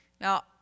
Now